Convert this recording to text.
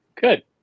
Good